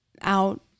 out